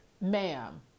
Ma'am